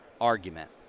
argument